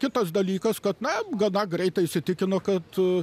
kitas dalykas kad na gana greitai įsitikinu kad